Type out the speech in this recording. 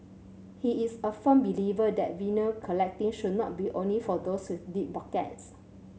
he is a firm believer that vinyl collecting should not be only for those with deep pockets